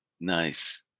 Nice